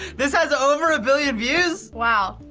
this has over a billion views? wow,